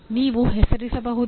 ನೀವು ಹೆಸರಿಸಬಹುದೇ